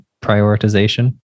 prioritization